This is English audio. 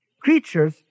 creatures